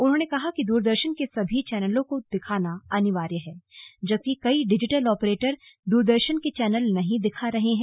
उन्होंने कहा कि दूरदर्शन के सभी चैनलों को दिखाना अनिवार्य है जबकि कई डिजिटल ऑपरेटर दूरदर्शन के चैनल नहीं दिखा रहे हैं